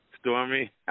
Stormy